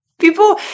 People